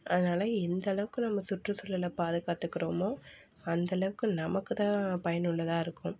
அதனால எந்த அளவுக்கு நம்ம சுற்றுசூழலை பாதுகாத்துகிறமோ அந்த அளவுக்கு நமக்கு தான் பயனுள்ளதாக இருக்கும்